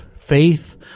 faith